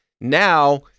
Now